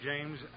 James